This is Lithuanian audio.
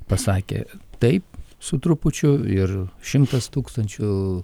pasakė taip su trupučiu ir šimtas tūkstančių